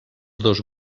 dos